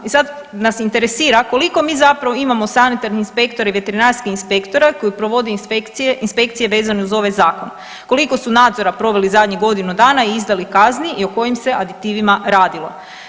I sad nas interesira koliko mi zapravo imamo sanitarnih inspektora i veterinarskih inspektora koji provode inspekcije, inspekcije vezane uz ovaj zakon, koliko su nadzora proveli u zadnjih godinu dana i izdali kazni i o kojim se aditivima radilo?